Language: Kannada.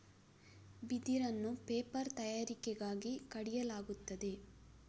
ಬಿದಿರನ್ನು ಪೇಪರ್ ತಯಾರಿಕೆಗಾಗಿ ಕಡಿಯಲಾಗುತ್ತದೆ